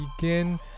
begin